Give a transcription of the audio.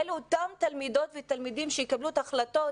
אלו אותם תלמידות ותלמידים שיקבלו את ההחלטות